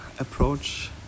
Approach